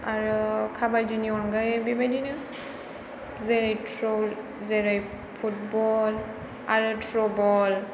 आरो काबादिनि अनगायै बेबायदिनो जेरै थ्रल जेरै फुटबल आरो ट्र बल